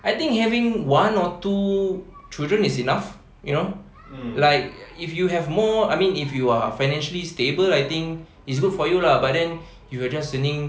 I think having one or two children is enough you know like if you have more I mean if you are financially stable I think it's good for you lah but then you are just earning